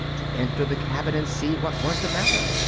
to enter the cabin and see what was the matter.